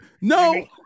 No